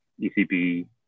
ecb